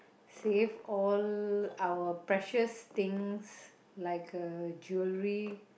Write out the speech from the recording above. save all our precious things like jewelry